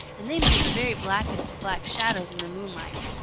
and they made the very blackest of black shadows in the moonlight.